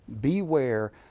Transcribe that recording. beware